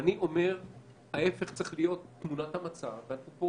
אני אומר שתמונת המצב צריכה להיות ההפך.